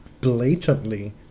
blatantly